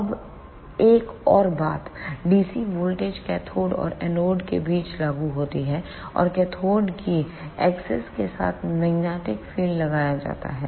अब एक और बात DC वोल्टेज कैथोड और एनोड के बीच लागू होती है और कैथोड की एक्सेस के साथ मैग्नेटिक फील्ड लगाया जाता है